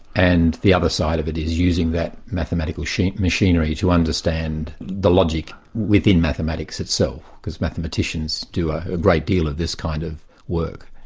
and the other side of it is using that mathematical machinery to understand the logic within mathematics itself. because mathematicians do a great deal of this kind of work,